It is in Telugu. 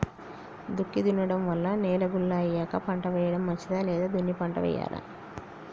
దుక్కి దున్నడం వల్ల నేల గుల్ల అయ్యాక పంట వేయడం మంచిదా లేదా దున్ని పంట వెయ్యాలా?